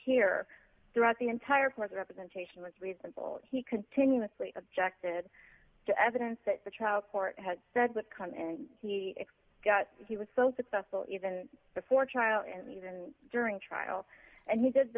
here throughout the entire course representation was reasonable he continuously objected to evidence that the trial court had said would come in and he explained he was so successful even before trial and even during trial and he did